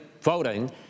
voting